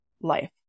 life